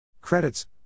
Credits